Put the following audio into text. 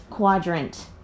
quadrant